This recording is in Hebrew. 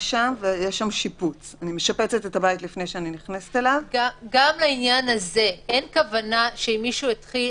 לתחום